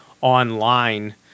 online